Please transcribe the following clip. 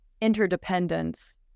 interdependence